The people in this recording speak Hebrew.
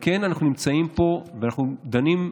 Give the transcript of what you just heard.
אנחנו נמצאים פה ודנים,